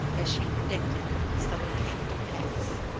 as she predicted so it came to pass.